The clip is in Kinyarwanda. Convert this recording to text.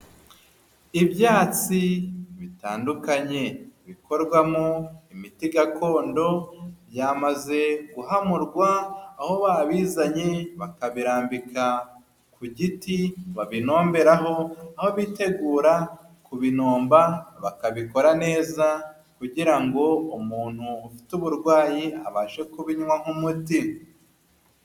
Ibyatsi bitandukanye bikorwamo imiti gakondo yamaze guhamurwa, aho babizanye bakabirambika ku giti babinomberaho, aho bitegura kubinomba, bakabikora neza kugira ngo umuntu ufite uburwayi abashe kubinywa nk'umuti.